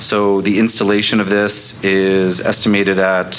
so the installation of this is estimated